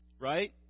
Right